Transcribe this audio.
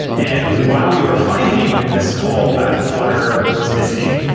and while we were finding this hole that flutter was missing,